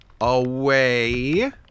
Away